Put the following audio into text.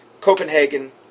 Copenhagen